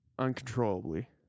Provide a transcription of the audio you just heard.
Uncontrollably